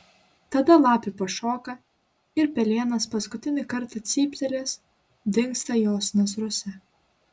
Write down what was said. tada lapė pašoka ir pelėnas paskutinį kartą cyptelėjęs dingsta jos nasruose